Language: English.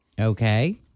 Okay